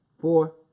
Four